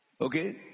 Okay